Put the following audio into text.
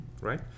right